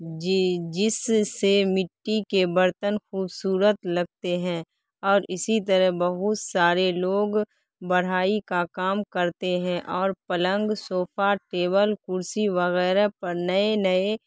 جی جس سے مٹی کے برتن خوبصورت لگتے ہیں اور اسی طرح بہت سارے لوگ بڑھی کا کام کرتے ہیں اور پلنگ صوفہ ٹیبل کرسی وغیرہ پر نئے نئے